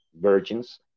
virgins